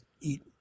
eat